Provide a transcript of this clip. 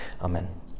Amen